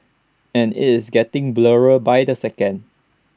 and IT is getting blurrier by the second